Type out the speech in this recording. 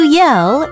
yell